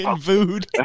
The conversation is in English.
food